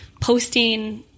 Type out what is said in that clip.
posting